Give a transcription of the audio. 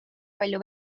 palju